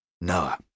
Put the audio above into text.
Noah